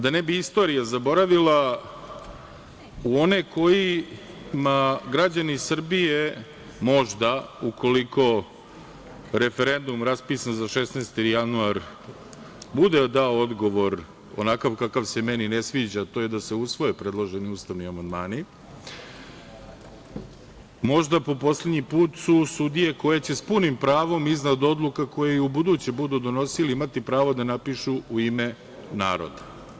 Pre svega, da ne bi istorija zaboravila u one kojima građani Srbije, možda, ukoliko referendum raspisan za 16. januar bude dao odgovor onakav kakav se meni ne sviđa, a to je da se usvoje predloženi ustavni amandmani, možda po poslednji put su sudije koje će s punim pravom iznad odluka koje i u buduće budu donosili imati pravo da napišu u ime naroda.